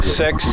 six